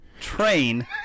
train